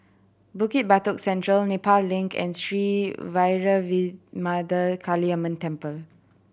Bukit Batok Central Nepal Link and Sri Vairavimada Kaliamman Temple